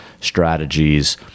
strategies